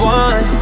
one